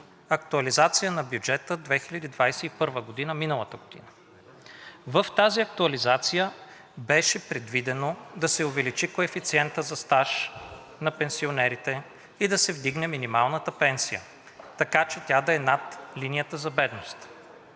актуализация на бюджета за 2021 г. В тази актуализация беше предвидено да се увеличи коефициентът за стаж на пенсионерите и да се вдигне минималната пенсия, така че тя да е над линията за бедност.